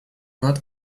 not